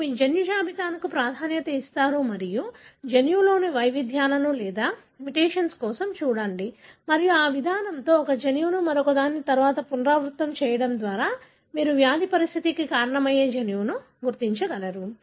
మీరు మీ జన్యు జాబితాకు ప్రాధాన్యతనిస్తారు మరియు జన్యువులోని వైవిధ్యాలు లేదా మ్యుటేషన్ కోసం చూడండి మరియు ఈ విధానంతో ఒక జన్యువును మరొకదాని తర్వాత పునరావృతం చేయడం ద్వారా మీరు వ్యాధి పరిస్థితికి కారణమయ్యే జన్యువును గుర్తించగలరు